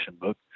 book